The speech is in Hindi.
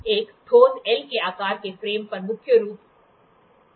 एक ठोस एल के आकार के फ्रेम पर मुख्य रूप से उकेरा गया है